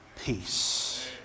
peace